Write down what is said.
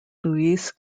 luis